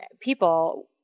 people